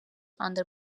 under